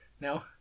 No